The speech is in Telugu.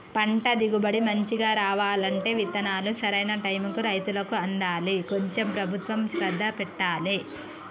పంట దిగుబడి మంచిగా రావాలంటే విత్తనాలు సరైన టైముకు రైతులకు అందాలి కొంచెం ప్రభుత్వం శ్రద్ధ పెట్టాలె